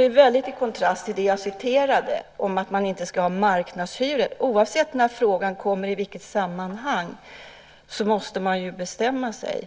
i stor kontrast till det jag citerade, om att man inte ska ha marknadshyror. Oavsett när och i vilket sammanhang frågan kommer upp måste man ju bestämma sig.